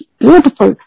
beautiful